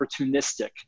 opportunistic